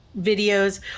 videos